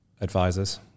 advisors